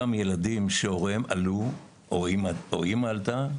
ילדים שהוריהם עלו או שהאימא שלהם עלתה.